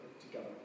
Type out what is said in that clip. together